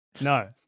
No